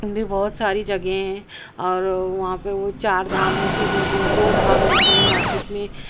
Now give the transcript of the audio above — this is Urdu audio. میں بھی بہت ساری جگہیں ہیں اور وہاں پہ وہ چار دھام میں سے جو دو دھام ہیں تو وہ ناسک میں